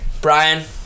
brian